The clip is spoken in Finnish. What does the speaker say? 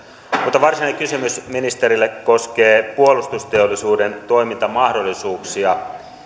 mutta varsinainen kysymys ministerille koskee puolustusteollisuuden toimintamahdollisuuksia